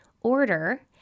order